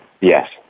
Yes